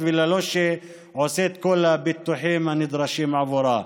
ובלי שהוא עושה את כל הביטוחים הנדרשים עבורה.